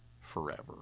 forever